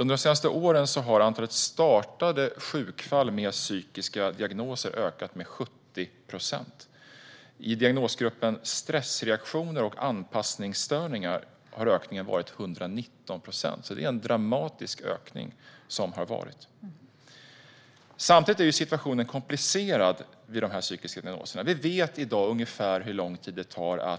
Under de senaste åren har antalet påbörjade sjukfall som handlar om psykiska diagnoser ökat med 70 procent. I diagnosgruppen stressreaktioner och anpassningsstörningar har ökningen varit 119 procent. Det är alltså en dramatisk ökning som har skett. Samtidigt är situationen komplicerad när det gäller dessa psykiska dia-gnoser. Vi vet i dag ungefär hur lång tid det tar